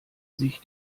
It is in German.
sich